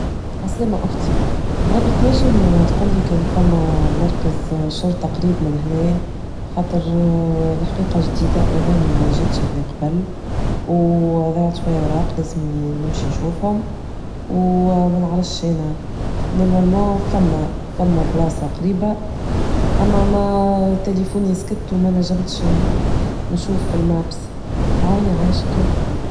عسلامة أختي بربي تنجم تقولي كان فما مركز شرطة قريب من هنايا خاطر الحقيقة جديدة انا ما جيتش هنا قبل و ضيعت شوية ورق لازم نمشي نشوفهم و ما نعرفش هنا نروى المو فما فما بلاصة قريبة أما ما تيليفوني سكت وما نجمتش نشوف في المابس تعاوني يعايشكو.